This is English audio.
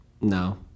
No